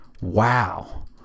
Wow